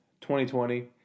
2020